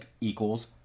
equals